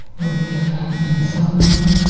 relief from insomnia,